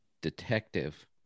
detective